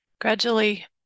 Gradually